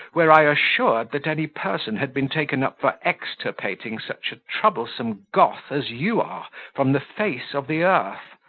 were i assured that any person had been taken up for extirpating such a troublesome goth as you are from the face of the earth.